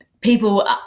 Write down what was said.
people